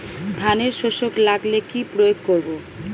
ধানের শোষক লাগলে কি প্রয়োগ করব?